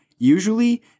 Usually